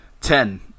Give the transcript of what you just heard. Ten